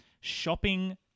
shopping